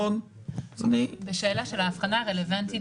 בשאלה של ההבחנה הרלוונטית,